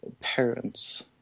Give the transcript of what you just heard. parents